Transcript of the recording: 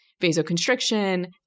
vasoconstriction